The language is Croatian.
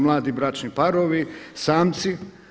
Mladi bračni parovi, samci.